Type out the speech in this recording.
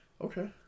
Okay